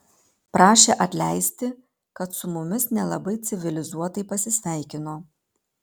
prašė atleisti kad su mumis nelabai civilizuotai pasisveikino